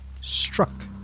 struck